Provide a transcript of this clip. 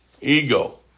Ego